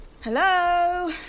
Hello